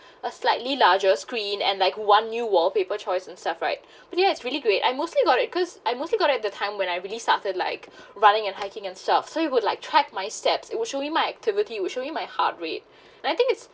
a slightly larger screen and like one new wallpaper choice and stuff right but yes it's really great I mostly got it cause I mostly got at the time when I really started like running and hiking and stuff so it would like track my steps it will show you my activity it will show you my heart rate and I think it's